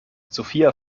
sophia